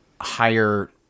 higher